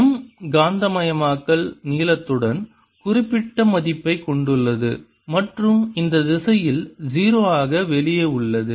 M M காந்தமாக்கல் நீளத்துடன் குறிப்பிட்ட மதிப்பைக் கொண்டுள்ளது மற்றும் இந்த திசையில் 0 ஆக வெளியே உள்ளது